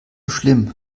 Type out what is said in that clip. schlimm